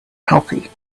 healthy